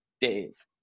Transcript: Dave